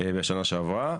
בשנה שעברה.